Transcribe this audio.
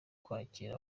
kwakira